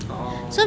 orh